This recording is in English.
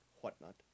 whatnot